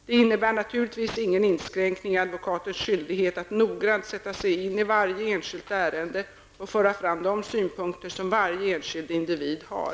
Det innebär naturligtvis ingen inskränkning i advokatens skyldighet att noggrant sätta sig in i varje enskilt ärende och att föra fram de synpunkter som varje enskild individ har.